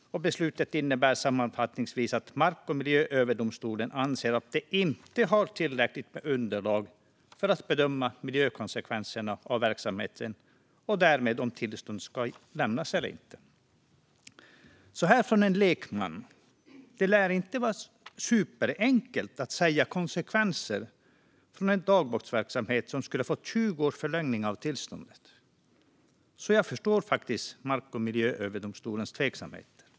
Beslutet innebär sammanfattningsvis att Mark och miljööverdomstolen anser att man inte har tillräckligt med underlag för att bedöma miljökonsekvenserna av verksamheten och därmed om tillstånd ska lämnas eller inte. Så här från en lekman: Det lär inte vara superenkelt att förutsäga konsekvenserna av en dagbrottsverksamhet som skulle ha fått 20 års förlängning av tillståndet, så jag förstår Mark och miljööverdomstolens tveksamhet.